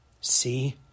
See